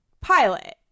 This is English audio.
pilot